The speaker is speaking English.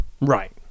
right